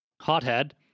hothead